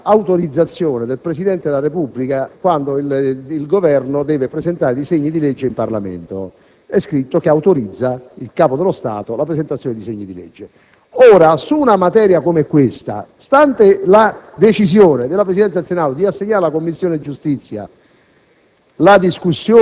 una specifica autorizzazione del Presidente della Repubblica quando il Governo presenta disegni di legge in Parlamento. È scritto, infatti, che il Capo dello Stato autorizza la presentazione di disegni di legge. Su una materia come quella al nostro esame, stante la decisione della Presidenza del Senato di assegnare alla Commissione giustizia